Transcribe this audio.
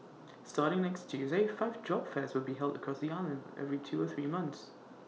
starting next Tuesday five job fairs will be held across the island every two or three months